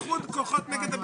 הישיבה ננעלה בשעה